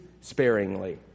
sparingly